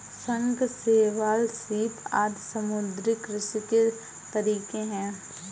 शंख, शैवाल, सीप आदि समुद्री कृषि के तरीके है